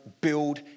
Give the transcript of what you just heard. build